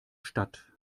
stadt